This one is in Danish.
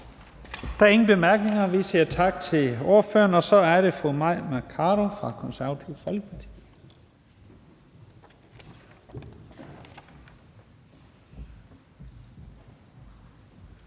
Der er ingen korte bemærkninger, så vi siger tak til ordføreren. Og så er det fru Mai Mercado fra Det Konservative Folkeparti.